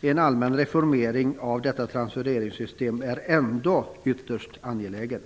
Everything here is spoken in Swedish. en allmän reformering av detta transfereringssystem är ändå ytterst angelägen.